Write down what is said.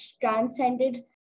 transcended